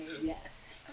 Yes